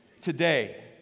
today